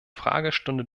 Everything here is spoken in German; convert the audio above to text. fragestunde